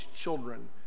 children